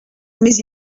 mais